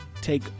take